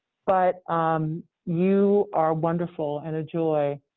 but you are wonderful and a joy,